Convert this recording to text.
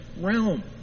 realm